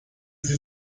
sie